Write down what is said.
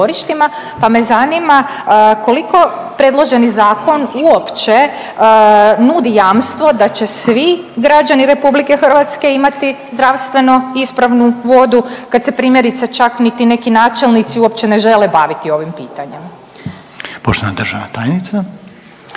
pa me zanima koliko predloženi zakon uopće nudi jamstvo da će svi građani RH imati zdravstveno ispravnu vodu kad se primjerice čak niti neki načelnici uopće ne žele baviti ovim pitanjem. **Reiner, Željko